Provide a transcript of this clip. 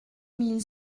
mille